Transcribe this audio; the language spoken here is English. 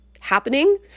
happening